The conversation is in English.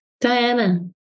Diana